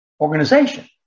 organization